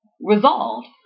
resolved